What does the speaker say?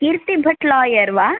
कीर्तिभट् लायर् वा